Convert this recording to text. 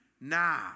now